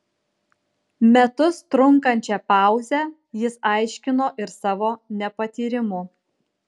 metus trunkančią pauzę jis aiškino ir savo nepatyrimu